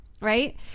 Right